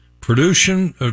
production